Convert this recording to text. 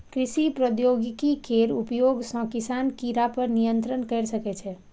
कृषि प्रौद्योगिकी केर उपयोग सं किसान कीड़ा पर नियंत्रण कैर सकै छै